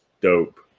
dope